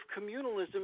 communalism